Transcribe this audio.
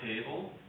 table